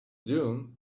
dune